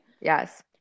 yes